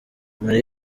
muri